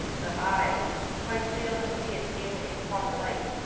but i quite fail to see it in its proper light,